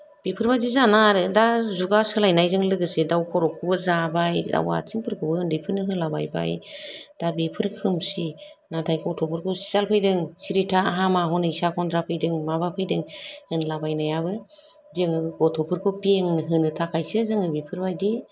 बेफोरबादि जानाङा आरो दा जुगा सोलायनायजों लोगोसे दाउ खर'खौबो जाबाय दाउ आथिंफोरखौबो उन्दैफोरनो होलाबायबाय दा बेफोर खोमसि नाथाय गथ'फोरखौ सियाल फैदों सिरि था हामा हनै साखन्द्रा फैदों माबा फैदों होनलाबायनायाबो जोङो गथ'फोरखौ बेंहोनो थाखायसो जोङो बेफोरबायदि